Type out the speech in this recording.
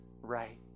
right